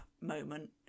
moment